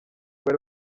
bari